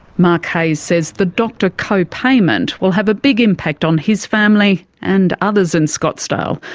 mark hayes says the doctor co-payment will have a big impact on his family and others in scottsdale,